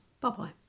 bye-bye